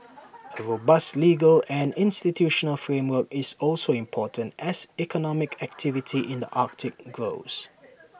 A robust legal and institutional framework is also important as economic activity in the Arctic grows